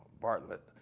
Bartlett